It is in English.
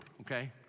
okay